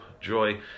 joy